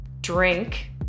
drink